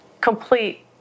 complete